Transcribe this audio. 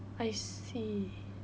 I see